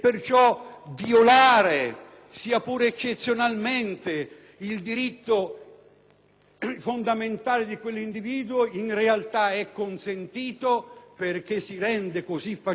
fondamentale di quell'individuo, in realtà è consentito perché così facendo si rende un tributo alla sua libertà individuale.